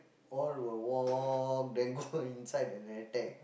all will walk then go inside and attack